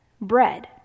bread